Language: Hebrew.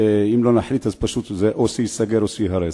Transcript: ואם לא נחליט זה ייסגר או ייהרס.